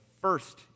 first